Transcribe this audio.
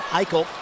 Eichel